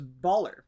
baller